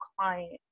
client